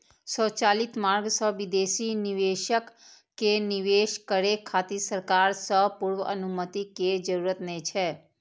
स्वचालित मार्ग सं विदेशी निवेशक कें निवेश करै खातिर सरकार सं पूर्व अनुमति के जरूरत नै छै